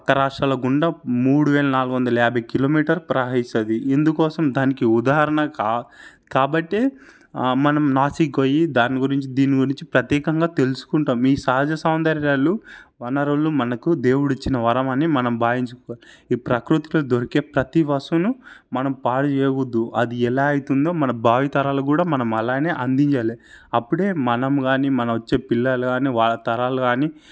ప్రక్క రాష్ట్రాల గుండా మూడు వేల నాలుగు వందల యాభై కిలోమీటర్ ప్రవహిస్తుంది ఎందుకోసం దానికి ఉదాహరణ కా కాబట్టే మనం నాసిక్ గొయ్యి దాని గురించి దీని గురించి ప్రత్యేకంగా తెలుసుకుంటాము ఈ సహజ సౌందర్యాలు వనరులు మనకు దేవుడు ఇచ్చిన వరం అని మనం భావించుకోవాలి ఈ ప్రకృతిలో దొరికే ప్రతీ వస్తువును మనం పాడు చేయవద్దు అది ఎలా అవుతుందో మన భావితరాలు కూడా మనం అలానే అందించాలి అప్పుడే మనం కానీ మన వచ్చే పిల్లలు కానీ వాళ్ళ తరాలు కానీ